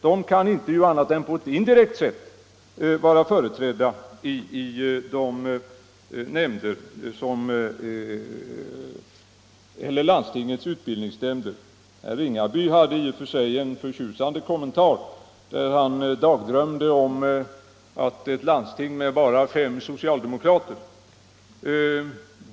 De kan inte annat än indirekt vara företrädda i landstingens utbildningsnämnder. Herr Ringaby hade en i och för sig förtjusande kommentar, där han dagdrömde om ett landsting med bara fem socialdemokrater.